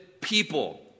people